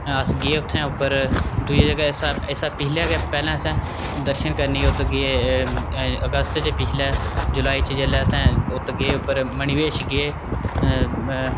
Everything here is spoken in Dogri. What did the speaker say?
अस गे उत्थै उप्पर दूइयै जगह् इस शा इस कशा पिछले गै पैह्लें असें दर्शन करने असें उत्त गे अगस्त पिछले जुलाई च जिसलै असें उत्त गे उप्पर मणिमहेश गे